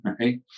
Right